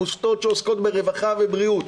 עמותות שעוסקות ברווחה ובריאות,